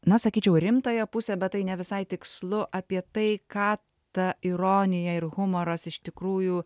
na sakyčiau rimtąją pusę bet tai ne visai tikslu apie tai ką ta ironija ir humoras iš tikrųjų